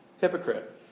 hypocrite